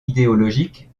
idéologiques